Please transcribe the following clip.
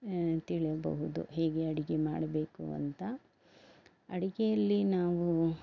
ತಿಳಿಯಬಹುದು ಹೇಗೆ ಅಡಿಗೆ ಮಾಡಬೇಕು ಅಂತ ಅಡಿಗೆಯಲ್ಲಿ ನಾವು